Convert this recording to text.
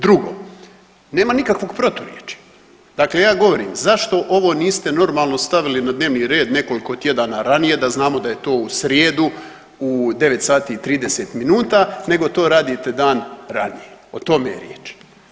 Drugo, nema nikakvog proturječja, dakle ja govorim zašto ovo niste normalno staviti na dnevni red nekoliko tjedana ranije da znamo da je to u srijedu u 9 sati i 30 minuta nego to radite dan ranije, o tome je riječ.